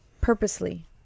purposely